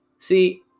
See